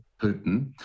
Putin